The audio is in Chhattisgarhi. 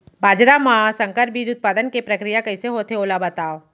बाजरा मा संकर बीज उत्पादन के प्रक्रिया कइसे होथे ओला बताव?